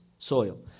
Soil